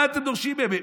מה אתם דורשים מהם?